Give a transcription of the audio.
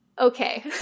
Okay